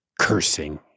cursing